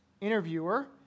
interviewer